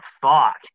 fuck